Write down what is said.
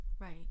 right